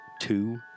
Two